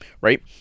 Right